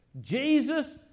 Jesus